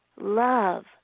love